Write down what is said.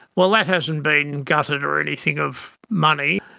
well, that hasn't been gutted or anything of money.